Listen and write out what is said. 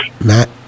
Matt